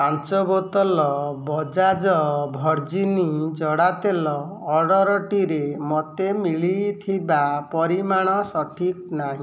ପାଞ୍ଚ ବୋତଲ ବଜାଜ୍ ଭର୍ଜିନ୍ ଜଡ଼ା ତେଲ ଅର୍ଡ଼ରଟିରେ ମୋତେ ମିଳିଥିବା ପରିମାଣ ସଠିକ୍ ନାହିଁ